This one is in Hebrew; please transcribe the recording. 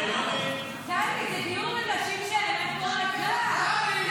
עולה --- בוודאי.